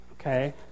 okay